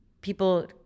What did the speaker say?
people